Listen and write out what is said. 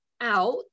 out